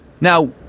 Now